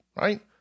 right